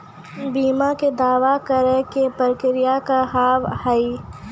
बीमा के दावा करे के प्रक्रिया का हाव हई?